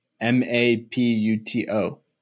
M-A-P-U-T-O